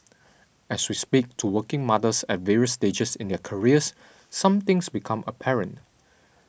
as we speak to working mothers at various stages in their careers some things become apparent